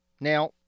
Now